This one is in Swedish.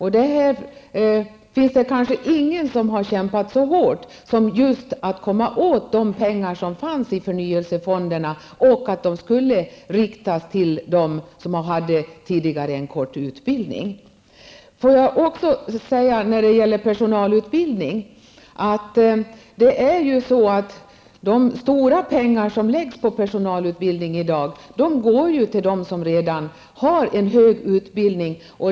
Det finns kanske inte någon annan som har kämpat så hårt för att komma åt de pengar som fanns i förnyelsefonderna och för att de skulle användas till dem som hade en kort utbildning. När det gäller de stora pengar som läggs på personalutbildning i dag går ju de till dem som redan har en hög utbildning.